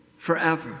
Forever